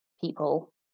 people